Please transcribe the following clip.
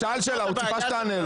הוא שאל שאלה, והוא ציפה שתענה לו.